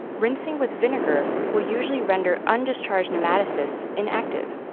rinsing with vinegar will usually render undischarged nematocysts inactive.